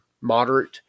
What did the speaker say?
moderate